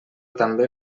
també